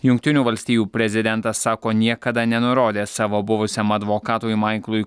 jungtinių valstijų prezidentas sako niekada nenurodęs savo buvusiam advokatui maiklui